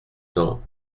cents